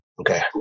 Okay